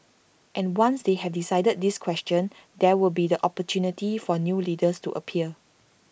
and once they have decided this question there will be the opportunity for new leaders to appear